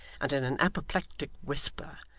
and in an apoplectic whisper,